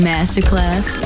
Masterclass